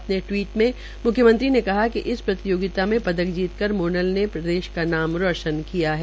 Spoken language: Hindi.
अपने टवीट में मुख्यमत्री ने कहा कि इस प्रतियोगिता में पदक जीत कर मोनल ने प्रदेश का नाम रोशन किया है